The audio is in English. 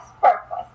purpose